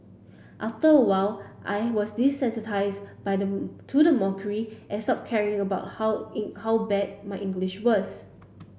after a while I was desensitize by the to the mockery and stop caring about how how bad my English was